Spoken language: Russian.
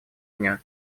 дня